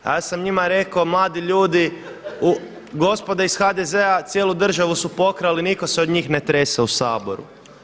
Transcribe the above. A ja sam njima rekao mladi ljudi, gospoda iz HDZ-a cijelu državu su pokrali, nitko se od njih ne trese u Saboru.